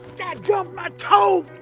dag gum, my toe!